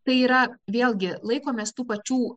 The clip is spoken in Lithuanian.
tai yra vėlgi laikomės tų pačių